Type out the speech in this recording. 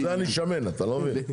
בשביל זה אני שמן, אתה לא מבין?